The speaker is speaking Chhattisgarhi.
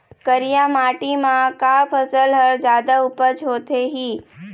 करिया माटी म का फसल हर जादा उपज होथे ही?